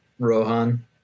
Rohan